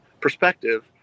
perspective